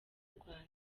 rwanda